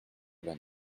vingt